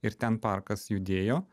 ir ten parkas judėjo